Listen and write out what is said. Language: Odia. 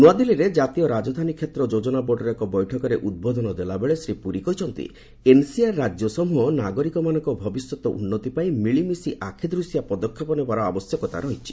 ନୂଆଦିଲ୍ଲୀରେ ଜାତୀୟ ରାଜଧାନୀ କ୍ଷେତ୍ର ଯୋଜନା ବୋର୍ଡର ଏକ ବୈଠକରେ ଉଦ୍ବୋଧନ ଦେଲାବେଳେ ଶ୍ରୀ ପୁରୀ କହିଛନ୍ତି ଏନ୍ସିଆର୍ ରାଜ୍ୟ ସମ୍ବହ ନାଗରିକମାନଙ୍କ ଭବିଷ୍ୟତ ଉନ୍ଦୃତି ପାଇଁ ମିଳିମିଶି ଆଖିଦୂଶିଆ ପଦକ୍ଷେପ ନେବାର ଆବଶ୍ୟକତା ରହିଛି